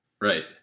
Right